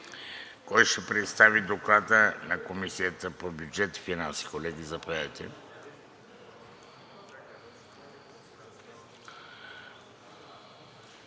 Кой ще представи Доклада на Комисията по бюджет и финанси, колеги? Заповядайте.